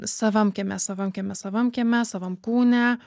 savam kieme savam kieme savam kieme savam kūne